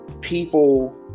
people